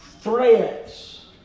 threats